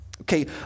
Okay